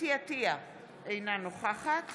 אתי עטייה, אינה נוכחת